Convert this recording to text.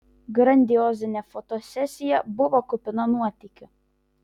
grandiozinė fotosesija buvo kupina nuotykių